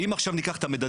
אם ניקח עכשיו את המדדים,